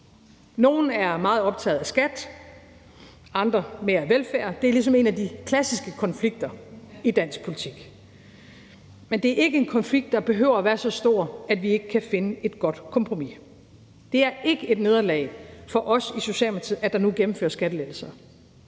Nogle er meget optaget af skat, andre mere af velfærd. Det er ligesom en af de klassiske konflikter i dansk politik. Men det er ikke en konflikt, der behøver at være så stor, at vi ikke kan finde et godt kompromis. Det er ikke et nederlag for os Socialdemokratiet, at der nu gennemføres skattelettelser,